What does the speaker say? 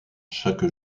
chaque